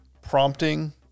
prompting